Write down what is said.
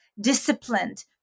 disciplined